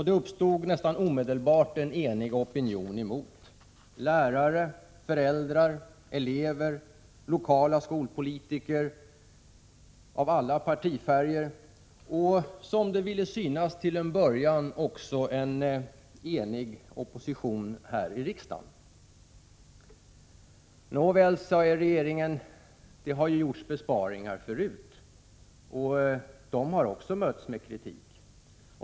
Det uppstod nästan omedelbart en enig opinion emot: lärare, föräldrar, elever, lokala skolpolitiker av alla partifärger och, som det ville synas till en början, också en enad opposition här i riksdagen. Nåväl, sade regeringen, det har gjorts besparingar förut, och de har också mötts med kritik.